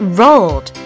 rolled